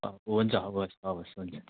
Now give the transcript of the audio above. हुन्छ हवस् हुवस् हुन्छ